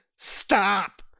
Stop